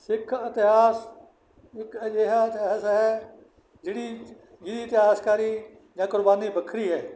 ਸਿੱਖ ਇਤਿਹਾਸ ਇੱਕ ਅਜਿਹਾ ਇਤਿਹਾਸ ਹੈ ਜਿਹੜੀ ਜਿਸ ਦੀ ਇਤਿਹਾਸਕਾਰੀ ਜਾਂ ਕੁਰਬਾਨੀ ਵੱਖਰੀ ਹੈ